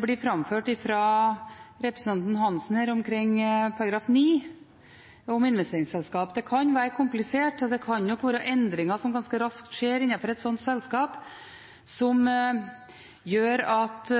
blir framført av representanten Hansen omkring § 9 om investeringsselskap. Det kan være komplisert, og det kan nok være endringer som ganske raskt skjer innenfor et slikt selskap, som gjør at